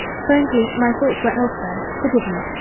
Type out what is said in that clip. frankly, my thoughts were elsewhere. forgive me!